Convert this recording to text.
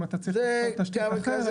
אם אתה צריך לחתוך תשתית אחרת,